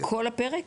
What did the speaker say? את כל הפרק?